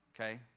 Okay